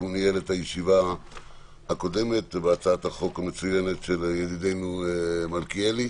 הוא ניהל את הישיבה הקודמת בהצעת החוק המצוינת של ידידנו מלכיאלי.